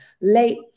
late